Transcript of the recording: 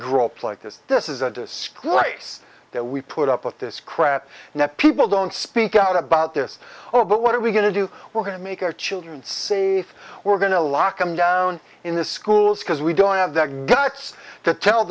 groped like this this is a disk lice that we put up with this crap and yet people don't speak out about this oh but what are we going to do we're going to make our children safe we're going to lock them down in the schools because we don't have the guts to tell